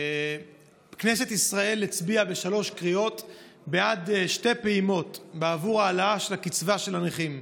כנסת ישראל הצביעה בשלוש קריאות בעד שתי פעימות להעלאת הקצבה של הנכים.